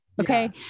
okay